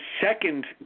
second